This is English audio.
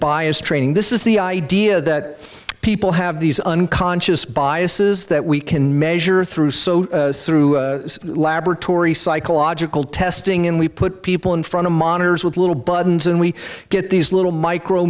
bias training this is the idea that people have these unconscious biases that we can measure through so through laboratory psychological testing and we put people in front of monitors with little buttons and we get these little micro